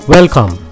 Welcome